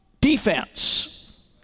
defense